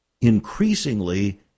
increasingly